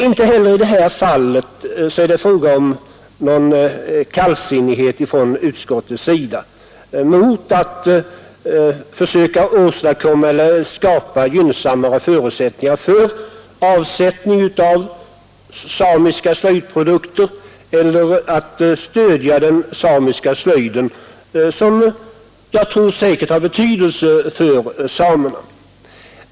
Inte heller i detta fall är det fråga om kallsinnighet från utskottets sida mot att försöka skapa gynnsammare förutsättningar för avsättning av samiska slöjdprodukter eller stödja den samiska slöjden, som säkerligen har betydelse för samerna.